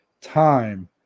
time